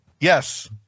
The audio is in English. Yes